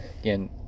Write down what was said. Again